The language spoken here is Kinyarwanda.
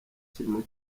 kiriko